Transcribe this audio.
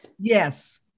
Yes